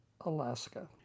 Alaska